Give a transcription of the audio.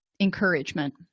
encouragement